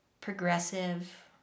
progressive